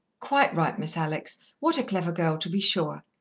quite right, miss alex what a clever girl, to be sure.